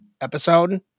episode